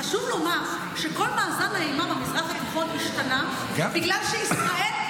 חשוב לומר שכל מאזן האימה במזרח התיכון השתנה בגלל שישראל,